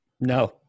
no